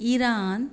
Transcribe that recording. Iran